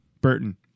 Burton